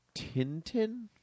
Tintin